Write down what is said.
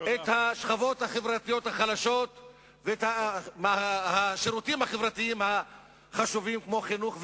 את השכבות החברתיות החלשות ואת השירותים החברתיים החשובים כמו חינוך,